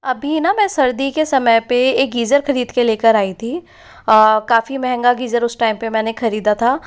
अभी न मैं सर्दी के समय पर एक गीज़र खरीद के लेकर आई थी काफी महंगा गीजर उस टाइम पर मैंने खरीदा था